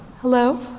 Hello